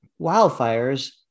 wildfires